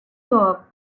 york